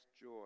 joy